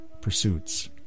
pursuits